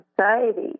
society